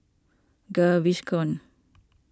Gaviscon